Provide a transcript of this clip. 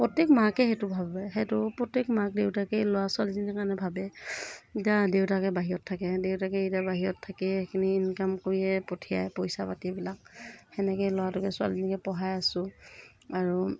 প্ৰত্যেক মাকে সেইটো ভাবে সেইটো প্ৰত্যেক মাক দেউতাকে ল'ৰা ছোৱালীজনীৰ কাৰণে ভাবে এতিয়া দেউতাকে বাহিৰত থাকে দেউতাকে এতিয়া বাহিৰত থাকিয়ে সেইখিনি ইনকাম কৰিয়ে পঠিয়াই পইচা পাতিবিলাক সেনেকেই ল'ৰাটোকে ছোৱালীজনীকে পঢ়াই আছোঁ আৰু